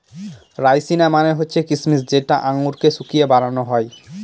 রাইসিনা মানে হচ্ছে কিসমিস যেটা আঙুরকে শুকিয়ে বানানো হয়